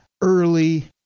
early